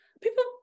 People